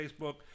Facebook